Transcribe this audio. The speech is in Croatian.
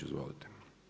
Izvolite.